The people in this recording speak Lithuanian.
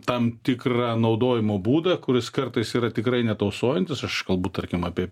tam tikrą naudojimo būdą kuris kartais yra tikrai netausojantis aš kalbu tarkim apie